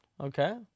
Okay